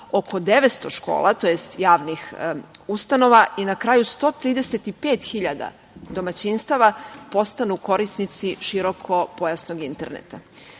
oko 900 škola, tj. javnih ustanova i na kraju 135.000 domaćinstava postanu korisnici širokopojasnog interneta. Takođe